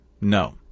No